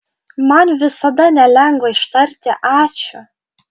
man visada nelengva ištarti ačiū